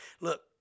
look